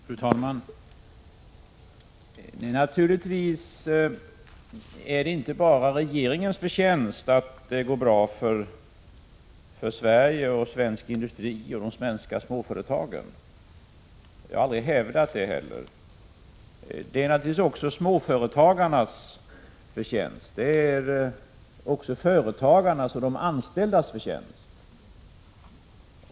Fru talman! Naturligtvis är det inte bara regeringens förtjänst att det går bra för Sverige och svensk industri och de svenska småföretagen. Jag har heller aldrig hävdat detta. Det är naturligtvis också företagarnas, småföretagarnas och de anställdas förtjänst.